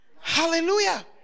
hallelujah